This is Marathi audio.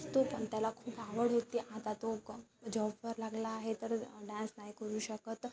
असतो पण त्याला खूप आवड होती आता तो क जॉबवर लागला आहे तर डान्स नाही करू शकत